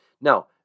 Now